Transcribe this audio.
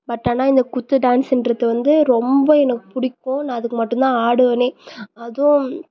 but ஆனால் இந்த குத்து டான்ஸ்ங்றது வந்து ரொம்ப எனக்கு பிடிக்கும் நான் அதுக்கு மட்டும் தான் ஆடுவனே அதுவும்